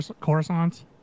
Coruscant